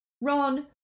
Ron